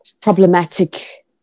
problematic